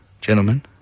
Gentlemen